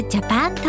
Japan